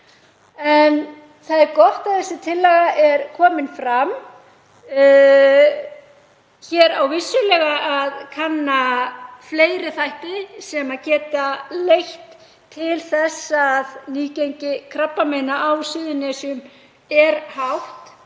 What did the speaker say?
það er gott að þessi tillaga er komin fram. Hér á vissulega að kanna fleiri þætti sem geta leitt til þess að nýgengi krabbameina á Suðurnesjum er hátt.